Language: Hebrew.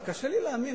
אבל קשה לי להאמין.